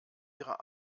ihrer